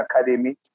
academy